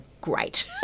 great